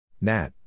Nat